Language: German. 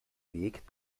weg